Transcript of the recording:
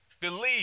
believe